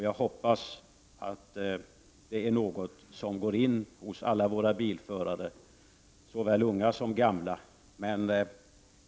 Jag hoppas att det är något som går in hos alla bilförare, såväl unga som gamla.